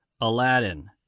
Aladdin